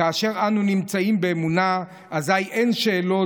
כאשר אנו נמצאים באמונה אז אין שאלות,